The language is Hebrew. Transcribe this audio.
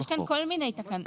יש כאן כל מיני תקנות.